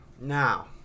Now